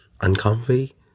uncomfy